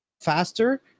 faster